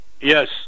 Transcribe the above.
Yes